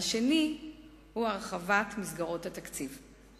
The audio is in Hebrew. והשני הוא הרחבת מסגרות התקציב.